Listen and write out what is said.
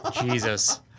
Jesus